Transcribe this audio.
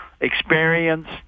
experienced